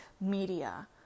media